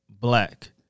black